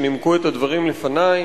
שנימקו את הדברים לפני.